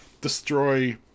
destroy